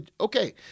okay